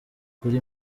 kure